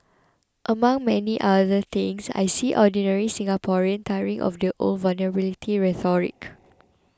among many other things I see ordinary Singaporean tiring of the old vulnerability rhetoric